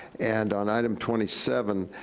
and on item twenty seven,